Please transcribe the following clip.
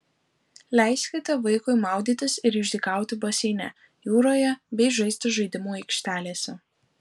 leiskite vaikui maudytis ir išdykauti baseine jūroje bei žaisti žaidimų aikštelėse